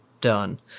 done